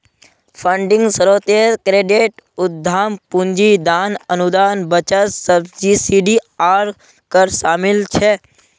funding स्रोतोत credit, उद्दाम पूंजी, दान, अनुदान, बचत, सब्सिडी आर कर शामिल छे